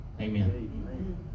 Amen